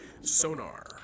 Sonar